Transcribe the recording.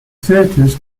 theatres